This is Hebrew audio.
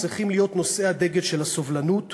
צריכים להיות נושאי הדגל של הסובלנות